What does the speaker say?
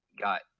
got